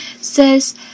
says